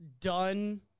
done